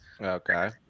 Okay